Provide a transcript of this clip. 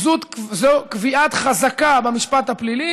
והוא קביעת חזקה במשפט הפלילי